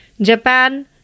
Japan